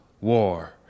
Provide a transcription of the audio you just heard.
war